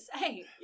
say